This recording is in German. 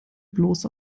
bloß